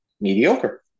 mediocre